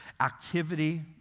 activity